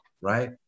right